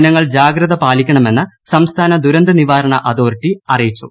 ജനങ്ങൾ ് ജ്യാഗ്രത പാലിക്കണമെന്ന് സംസ്ഥാന ദുരന്ത നിവാരണ അതോറിറ്റി അറീയിച്ചു